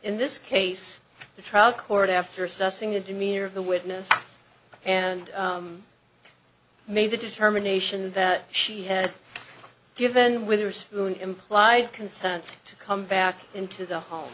in this case the trial court after assessing the demeanor of the witness and made the determination that she had given witherspoon implied consent to come back into the home